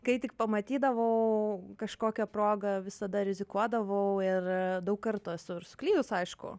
kai tik pamatydavau kažkokią progą visada rizikuodavau ir daug kartų esu ir suklydus aišku